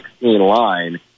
line